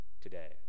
today